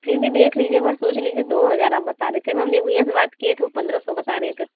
फिर भी देख लीजिए एक बार सोंच लीजिए दो हज़ार आप बता रहे थे हम ये भैया से बात किए तो वो पंद्रह सौ बता रहे थे